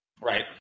Right